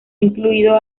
incluido